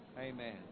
Amen